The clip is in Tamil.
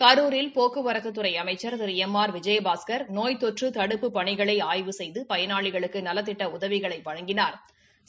கரூரில் போக்குவரத்துத்துறை அமைச்சர் திரு எம் ஆர் விஜயபாஸ்கர் நோய் தொற்று தடுப்புப் பணிகளை ஆய்வு செய்து பயனாளிகளுக்கு நலத்திட்ட உதவிகளை வழங்கினா்